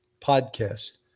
podcast